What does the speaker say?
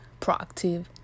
proactive